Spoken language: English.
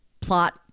plot